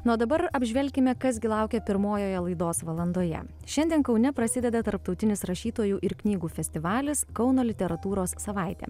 na o dabar apžvelkime kas gi laukia pirmojoje laidos valandoje šiandien kaune prasideda tarptautinis rašytojų ir knygų festivalis kauno literatūros savaitė